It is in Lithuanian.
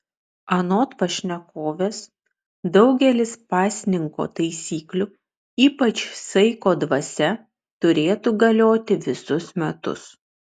anot pašnekovės daugelis pasninko taisyklių ypač saiko dvasia turėtų galioti visus metus